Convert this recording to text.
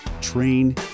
Train